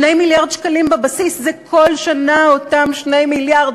2 מיליארד שקלים בבסיס זה כל שנה אותם 2 מיליארד,